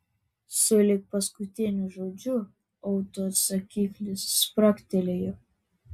sulig paskutiniu žodžiu autoatsakiklis spragtelėjo